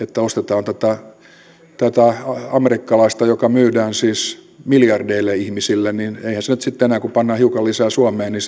ostetaan tätä amerikkalaista joka myydään siis miljardeille ihmisille niin eihän siitä nyt sitten enää kun pannaan hiukan lisää suomeen